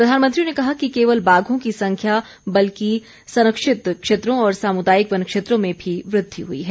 प्रधानमंत्री ने कहा कि न केवल बाघों की संख्या बल्कि संरक्षित क्षेत्रों और सामुदायिक वनक्षेत्रों में भी वृद्धि हुई है